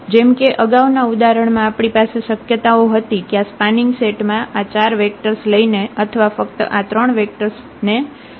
જેમ કે આગાઉના ઉદાહરણમાં આપણી પાસે શક્યતાઓ હતી કે આ સ્પાનિંગ સેટ માં આ 4 વેક્ટર્સ લઈને અથવા ફક્ત આ 3 વેક્ટર્સ ને લઇ શકતા